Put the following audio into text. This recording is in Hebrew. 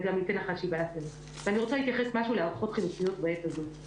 אני רוצה להתייחס להערכות חלופיות בעת הזאת.